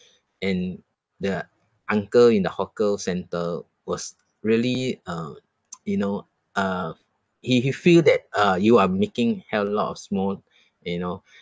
and the uncle in the hawker centre was really uh you know uh he he feel that uh you are making hell lot of small you know